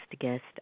guest